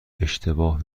اشتباه